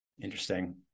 Interesting